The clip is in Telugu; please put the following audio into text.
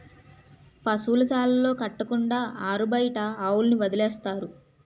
పశువుల శాలలు కట్టకుండా ఆరుబయట ఆవుల్ని వదిలేస్తారు